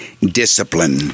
discipline